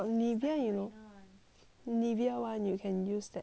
Nivea [one] you can use that